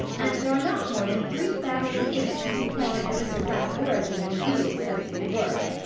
and there are not more than three families in it who can claim an aristocratic origin in the real sense of the word.